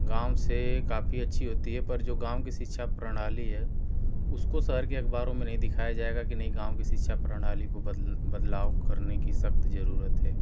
गाँव से काफ़ी अच्छी होती है पर जो गाँव की शिक्षा प्रणाली है उसको शहर की अखबारों में नहीं दिखाया जाएगा की नहीं गाँव की शिक्षा प्रणाली को बदली बदलाव करने की सख्त जरूरत है